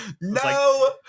No